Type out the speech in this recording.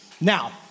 Now